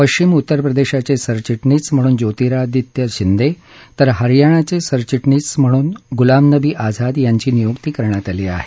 पश्चिम उत्तरप्रदेशाचे सरचिटणीस म्हणून ज्योतिरादित्य शिंदे तर हरयाणाचे सरचिटणीस म्हणून गुलाम नबी आझाद यांची नियुक्ती केली आहे